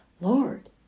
Lord